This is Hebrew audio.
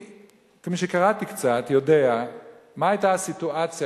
קראתי קצת ואני יודע מה היתה הסיטואציה